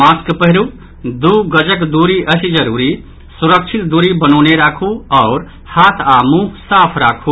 mask पहिरू दू गजक दूरी अछि जरूरी सुरक्षित दूरी बनौने राखू आओर हाथ आ मुंह साफ राखु